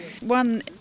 One